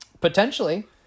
Potentially